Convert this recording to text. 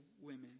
women